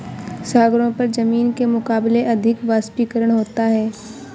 सागरों पर जमीन के मुकाबले अधिक वाष्पीकरण होता है